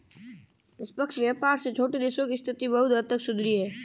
निष्पक्ष व्यापार से छोटे देशों की स्थिति बहुत हद तक सुधरी है